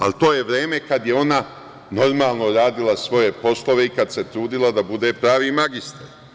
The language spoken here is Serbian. Ali to je vreme kada je ona normalno radila svoje poslove i kada se trudila da bude pravi magistar.